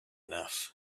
enough